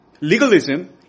Legalism